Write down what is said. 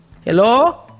Hello